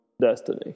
destiny